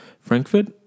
Frankfurt